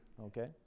okay